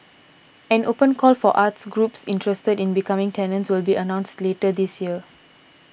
an open call for arts groups interested in becoming tenants will be announced later this year